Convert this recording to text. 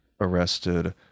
arrested